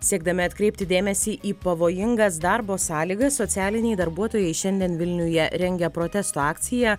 siekdami atkreipti dėmesį į pavojingas darbo sąlygas socialiniai darbuotojai šiandien vilniuje rengia protesto akciją